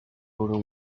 duró